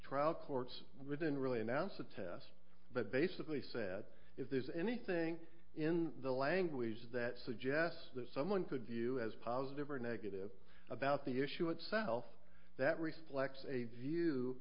trial courts didn't really announce a test but basically said if there's anything in the language that suggests that someone could view as positive or negative about the issue itself that reflects a view